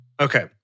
Okay